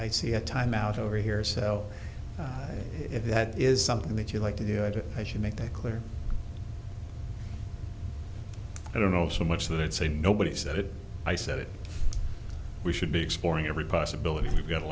i see a timeout over here so if that is something that you like to do i do i should make that clear i don't know so much that it's a nobody said it i said it we should be exploring every possibility we've got a